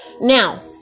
Now